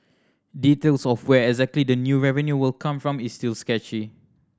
details of where exactly the new revenue will come from is still sketchy